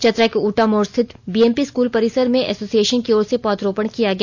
चतरा के ऊंटा मोड़ स्थित बीएमपी स्कूल परिसर में एसोसिएशन की ओर से पौधरोपण किया गया